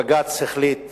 בג"ץ החליט